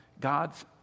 God's